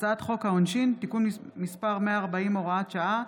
הצעת חוק העונשין (תיקון מס' 140) (הוראת שעה),